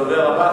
הדובר הבא,